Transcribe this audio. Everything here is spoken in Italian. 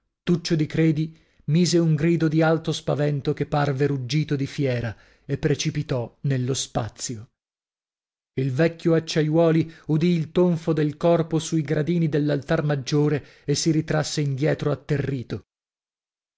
tuccio di credi mise un grido di alto spavento che parve ruggito di fiera e precipitò nello spazio il vecchio acciaiuoli udì il tonfo del corpo sui gradini dell'altar maggiore e si ritrasse indietro atterrito